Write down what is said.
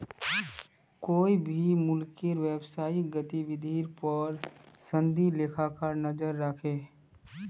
कोए भी मुल्केर व्यवसायिक गतिविधिर पोर संदी लेखाकार नज़र रखोह